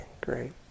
great